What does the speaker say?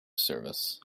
service